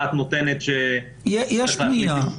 אבל הדעת נותנת ש --- יש פנייה.